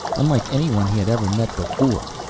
unlike anyone he had ever met before.